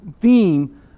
theme